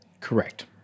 Correct